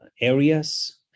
areas